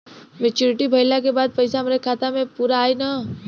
Maturity भईला के बाद पईसा हमरे खाता म पूरा आई न?